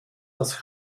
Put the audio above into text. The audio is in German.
das